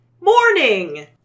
Morning